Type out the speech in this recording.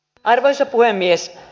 arvoisa puhemies